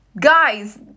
Guys